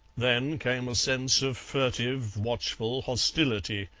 then came a sense of furtive watchful hostility,